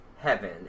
heaven